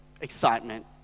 excitement